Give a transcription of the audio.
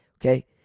Okay